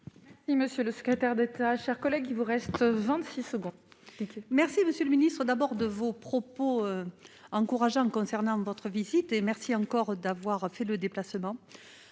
Il monsieur le secrétaire d'État, chers collègues, il vous reste 26 secondes. Merci, Monsieur le Ministre, d'abord de vos propos encourageants concernant votre visite et merci encore d'avoir fait le déplacement,